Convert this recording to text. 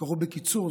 קראו בקיצור,